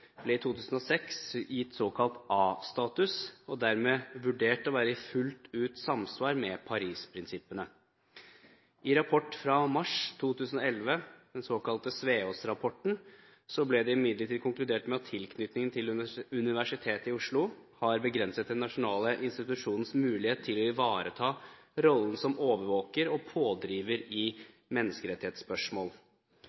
ble i 2006 gitt såkalt A-status og dermed vurdert til fullt ut å være i samsvar med Paris-prinsippene. I en rapport fra mars 2011 – den såkalte Sveaas-rapporten – ble det imidlertid konkludert med at tilknytningen til Universitetet i Oslo har begrenset den nasjonale institusjonens mulighet til å ivareta rollen som overvåker og pådriver i